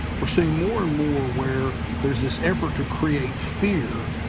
we're seeing more and more where there's this effort to create fear